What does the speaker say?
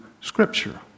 scripture